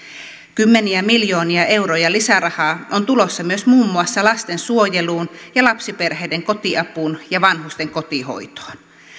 kymmeniä miljoonia euroja lisärahaa on tulossa myös muun muassa lastensuojeluun ja lapsiperheiden kotiapuun ja vanhusten kotihoitoon